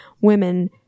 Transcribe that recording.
women